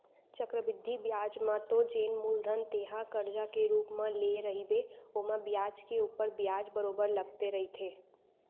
चक्रबृद्धि बियाज म तो जेन मूलधन तेंहा करजा के रुप म लेय रहिबे ओमा बियाज के ऊपर बियाज बरोबर लगते रहिथे